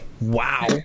wow